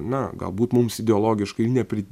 na galbūt mums ideologiškai nepri